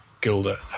Gilda